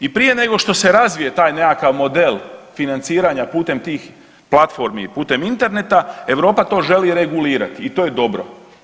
I prije nego što se razvije taj nekakav model financiranja putem tih platformi, putem interneta Europa to želi regulirati i to je dobro.